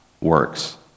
works